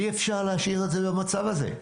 אי אפשר להשאיר את זה במצב הזה.